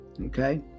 Okay